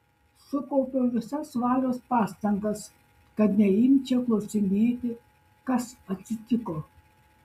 sukaupiau visas valios pastangas kad neimčiau klausinėti kas atsitiko